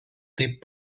taip